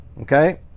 Okay